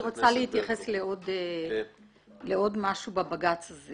להתייחס לעוד משהו בבג"ץ הזה